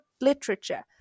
literature